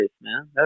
man